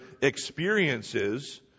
experiences